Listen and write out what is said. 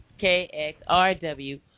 KXRW